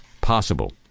possible